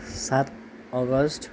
सात अगस्त